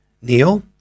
Neil